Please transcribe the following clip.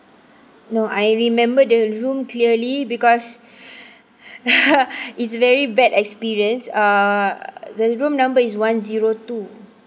no I remember the room clearly because it's very bad experience uh the room number is one zero two